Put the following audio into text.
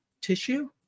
tissue